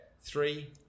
Three